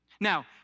Now